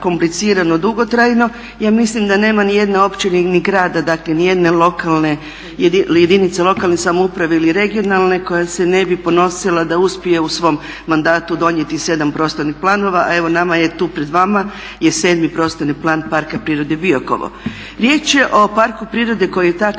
komplicirano, dugotrajno. Ja mislim da nema nijedne općine ni grada, dakle nijedne jedinice lokalne samouprave ili regionalne koja se ne bi ponosila da uspije u svom mandatu donijeti sedam prostornih planova, a evo nama je tu pred vama sedmi Prostorni plan Parka prirode Biokovo. Riječ je o parku prirode koji je takvim